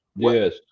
Yes